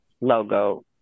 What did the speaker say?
logo